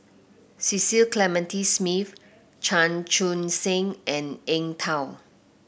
Cecil Clementi Smith Chan Chun Sing and Eng Tow